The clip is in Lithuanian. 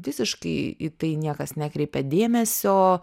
visiškai į tai niekas nekreipia dėmesio